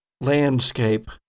landscape